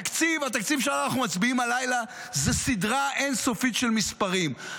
התקציב שאנחנו מצביעים עליו הלילה זו סדרה אין-סופית של מספרים,